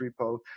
repo